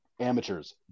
amateurs